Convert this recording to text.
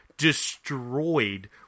destroyed